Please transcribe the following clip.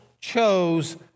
chose